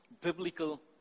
Biblical